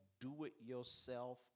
do-it-yourself